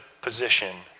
position